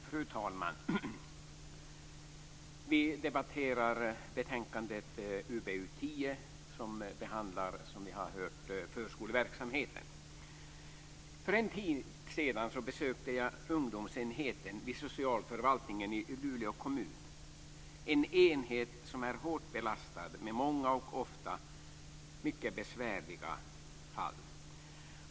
Fru talman! Vi debatterar betänkandet UbU10 som behandlar förskoleverksamheten. För en tid sedan besökte jag ungdomsenheten vid socialförvaltningen i Luleå kommun, en enhet som är hårt belastad med många och ofta mycket besvärliga fall.